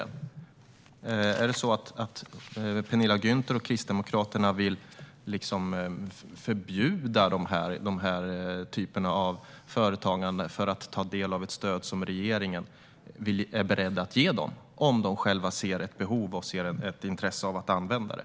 Vill Penilla Gunther och Kristdemokraterna förbjuda denna typ av företagare att ta del av ett stöd som regeringen är beredd att ge dem om de själva ser ett behov och intresse av att använda det?